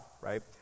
right